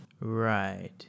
right